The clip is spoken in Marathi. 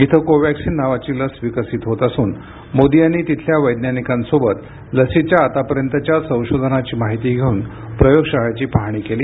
इथं कोवॅक्सिन नावाची लस विकसित होत असून मोदी यांनी तिथल्या वैज्ञानिकांसोबत लसीच्या आतापर्यंतच्या संशोधनाची माहिती घेऊन प्रयोगशाळेची पाहणी केली